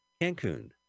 Cancun